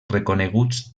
reconeguts